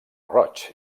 roig